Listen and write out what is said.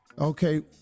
Okay